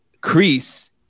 Crease